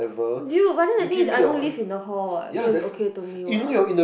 dude but then the thing is I don't live in the hall what so is okay to me what